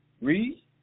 Read